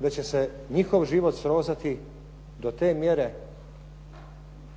da će se njihov život srozati do te mjere